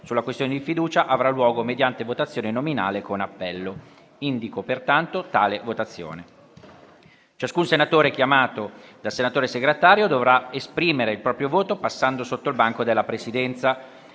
sulla questione di fiducia avrà luogo mediante votazione nominale con appello. Ciascun senatore chiamato dal senatore Segretario dovrà esprimere il proprio voto passando innanzi al banco della Presidenza.